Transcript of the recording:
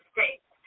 States